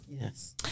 Yes